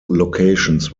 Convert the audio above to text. locations